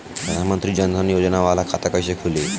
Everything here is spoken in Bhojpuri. प्रधान मंत्री जन धन योजना वाला खाता कईसे खुली?